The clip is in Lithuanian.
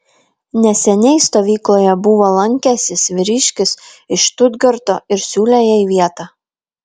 neseniai stovykloje buvo lankęsis vyriškis iš štutgarto ir siūlė jai vietą